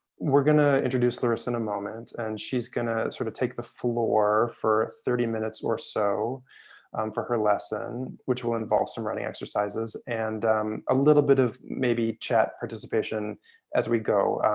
we're gonna introduce larissa in a moment and she's gonna sort of take the floor for thirty minutes or so for her lesson, which will involve some running exercises and a little bit of maybe chat participation as we go.